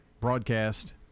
broadcast